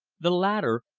the latter,